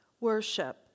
Worship